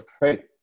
Hey